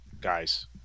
guys